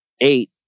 eight